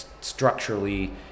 structurally